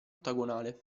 ottagonale